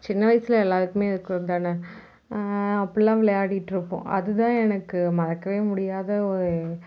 சின்ன வயசில் எல்லாருக்குமே இருக்கிறது தான அப்பிட்லாம் விளையாடிகிட்டுருப்போம் அதுதான் எனக்கு மறக்கவே முடியாத ஒரு